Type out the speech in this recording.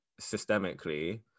systemically